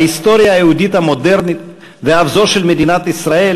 ההיסטוריה היהודית המודרנית ואף זו של מדינת ישראל